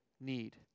need